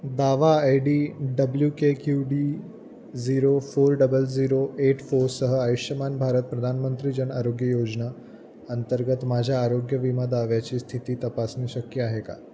दावा I D W K Q D zero four double zero eight फोरसह आयुष्मान भारत प्रधानमंत्री जन आरोग्य योजना अंतर्गत माझ्या आरोग्य विमा दाव्याची स्थिती तपासणे शक्य आहे का